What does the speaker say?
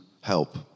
help